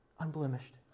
unblemished